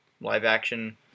live-action